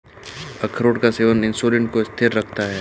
अखरोट का सेवन इंसुलिन को स्थिर रखता है